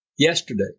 Yesterday